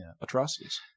atrocities